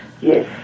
yes